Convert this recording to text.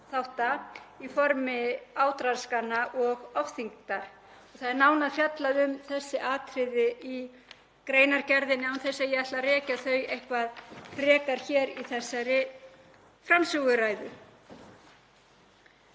þátta í formi átraskana og ofþyngdar. Það er nánar fjallað um þessi atriði í greinargerðinni án þess að ég ætli að rekja þau eitthvað frekar hér í þessari framsöguræðu.